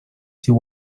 see